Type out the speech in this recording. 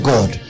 God